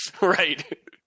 Right